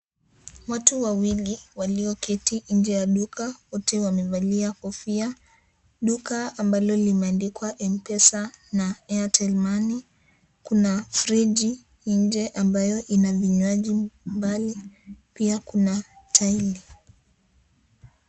Watu wawili walioketi nje ya Duka, wote wamevalia kofia. Duka ambalo limeandikwa "mpesa" na "Airtel Money". Kuna friji nje ambayo ina vinywaji mbali mbali. Pia kuna taili.